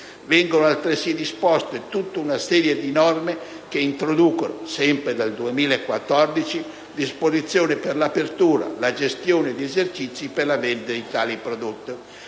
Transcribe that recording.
Vengono altresì disposte una serie di norme che introducono (sempre dal 2014) disposizioni per l'apertura e la gestione di esercizi per la vendita di tali prodotti.